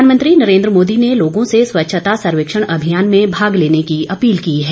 प्रधानमंत्री नरेंद्र मोदी ने लोगों से स्वच्छता सर्वेक्षण अभियान में भाग लेने की अपील की है